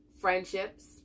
friendships